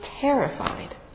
terrified